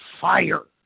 fire